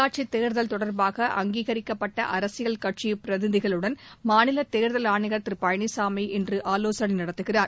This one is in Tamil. உள்ளாட்சித்தேர்தல் தொடர்பாக அங்கீகரிக்கப்பட்ட அரசியல் கட்சி பிரதிநிதிகளுடன் மாநிலத்தேர்தல் ஆணையர் திரு பழனிசாமி இன்று ஆலோசனை நடத்துகிறார்